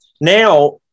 now